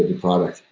product.